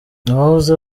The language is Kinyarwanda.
uwahoze